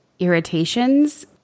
irritations